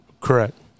Correct